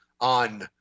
on